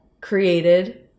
created